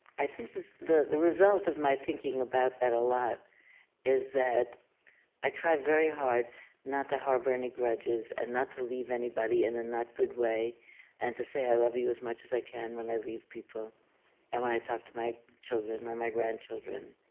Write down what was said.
i think the the result of my thinking about that a lot is that i try very hard not to harbor any grudges and not to leave anybody in a not good way and to say i love you as much as i can when i leave people and when i talk to my children or my grandchildren.